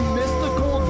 mystical